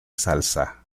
salsa